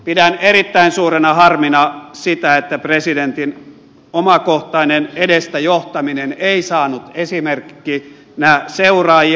pidän erittäin suurena harmina sitä että presidentin omakohtainen edestä johtaminen ei saanut esimerkkinä seuraajia